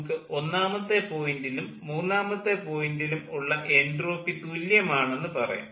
നമുക്ക് ഒന്നാമത്തെ പോയിൻ്റിലും മൂന്നാമത്തെ പോയിൻ്റിലും ഉള്ള എൻട്രോപ്പി തുല്യമാണെന്ന് പറയാം